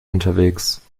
unterwegs